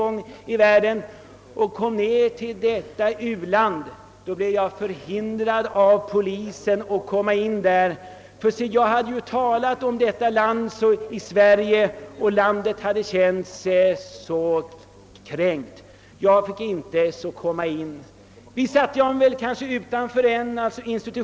Jag kom sedan ner till detta u-land men blev då av polisen till en början förhindrad att komma in i biståndsprojektets lokaler; jag hade i Sverige talat om detta lands fattigdom och man hade därför känt sig kränkt.